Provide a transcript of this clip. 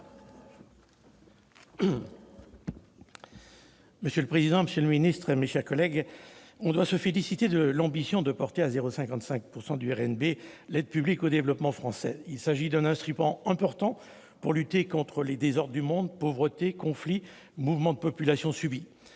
Monsieur le président, monsieur le ministre, mes chers collègues, on doit se féliciter de l'ambition de porter à 0,55 % du RNB l'aide publique au développement française. Il s'agit d'un instrument important pour lutter contre les désordres du monde : pauvreté, conflits, mouvements de population subis.